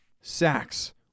sacks